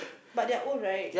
but they're old right